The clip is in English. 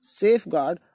safeguard